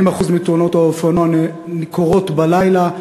40% מתאונות האופנוע קורות בלילה.